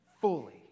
fully